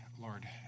Lord